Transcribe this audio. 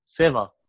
Seva